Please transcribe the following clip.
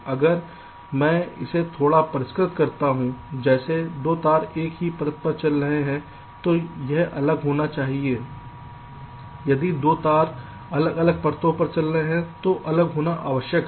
अब मैं इसे थोड़ा परिष्कृत करता हूं यदि 2 तार एक ही परत पर चल रहे हैं तो यह अलग होना चाहिए यदि 2 तार अलग अलग परतों पर चल रहे हैं तो अलग होना आवश्यक है